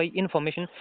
information